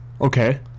Okay